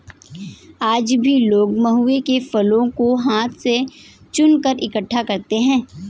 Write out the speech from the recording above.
आज भी लोग महुआ के फलों को हाथ से चुनकर इकठ्ठा करते हैं